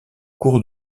cours